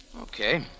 Okay